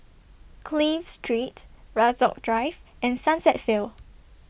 Clive Street Rasok Drive and Sunset Vale